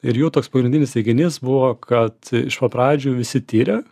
ir jų toks pagrindinis teiginys buvo kad iš pat pradžių visi tiria